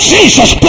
Jesus